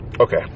okay